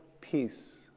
peace